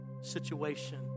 situation